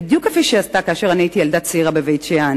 בדיוק כפי שעשתה כאשר אני הייתי ילדה צעירה בבית-שאן,